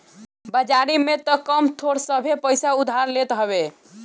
बाजारी में तअ कम थोड़ सभे पईसा उधार लेत हवे